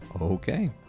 Okay